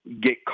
get